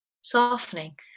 softening